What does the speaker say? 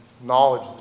knowledge